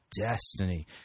destiny